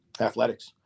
athletics